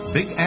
Big